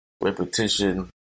Repetition